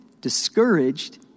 discouraged